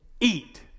eat